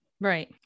Right